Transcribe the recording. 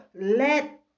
let